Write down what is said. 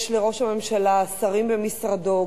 יש לראש הממשלה שרים במשרדו,